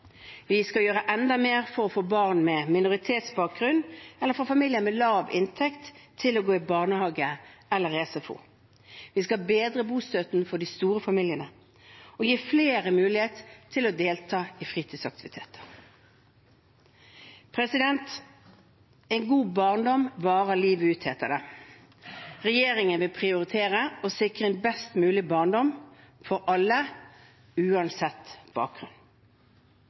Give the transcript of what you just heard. Vi skal gjøre enda mer for å få barn med minoritetsbakgrunn eller fra familier med lav inntekt til å gå i barnehage eller SFO. Vi skal bedre bostøtten for de store familiene og gi flere mulighet til å delta i fritidsaktiviteter. En god barndom varer livet ut, heter det. Regjeringen vil prioritere og sikre en best mulig barndom for alle, uansett bakgrunn.